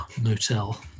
motel